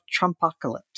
Trumpocalypse